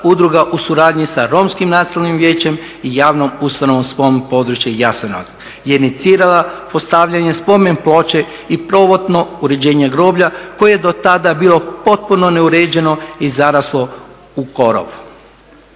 udruga u suradnji sa Romskim nacionalnim vijećem i javnom ustanovom spomen područje Jasenovac je inicirala postavljanje spomen ploče i prvotno uređenje groblja koje je do tada bilo potpuno neuređeno i zaraslo u korov.